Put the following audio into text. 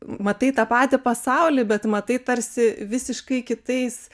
matai tą patį pasaulį bet matai tarsi visiškai kitais